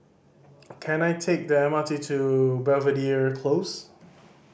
can I take the M R T to Belvedere Close